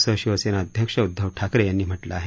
असं शिवसेना अध्यक्ष उद्धव ठाकरे यांनी म्हटलं आहे